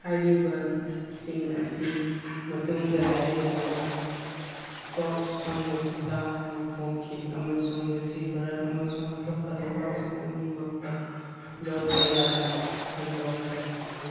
ꯍꯥꯏꯔꯤꯕꯁꯤꯡ ꯑꯁꯤ ꯃꯇꯨꯡꯗ ꯂꯥꯏꯔꯤꯛ ꯑꯣꯏꯅ ꯇꯣꯜꯛꯁ ꯑꯣꯟ ꯗ ꯒꯤꯇꯥ ꯍꯥꯏꯅ ꯐꯣꯡꯈꯤ ꯑꯃꯁꯨꯡ ꯃꯁꯤ ꯚꯥꯔꯠ ꯑꯃꯁꯨꯡ ꯑꯇꯣꯞꯄ ꯂꯩꯕꯥꯛꯁꯤꯡ ꯑꯅꯤꯃꯛꯇ ꯂꯣꯜ ꯀꯌꯥꯗ ꯍꯟꯗꯣꯛꯈ꯭ꯔꯦ